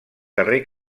carrer